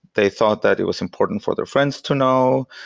they thought that it was important for their friends to know.